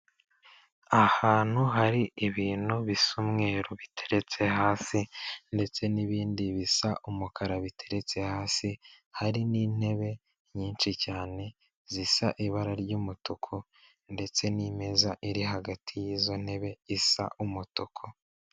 Ahantu hari ibintu bisa umweru biteretse hasi ndetse n'ibindi bisa umukara biteretse hasi, hari n'intebe nyinshi cyane zisa ibara ry'umutuku ndetse n'imeza iri hagati y'izo ntebe isa umutuku.